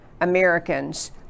Americans